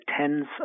tens